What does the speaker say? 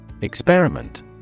Experiment